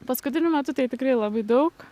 paskutiniu metu tai tikrai labai daug